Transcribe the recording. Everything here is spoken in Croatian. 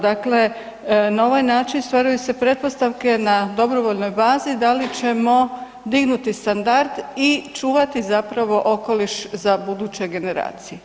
Dakle, na ovaj način stvaraju se pretpostavke na dobrovoljnoj bazi, da li ćemo dignuti standard i čuvati zapravo okoliš za buduće generacije.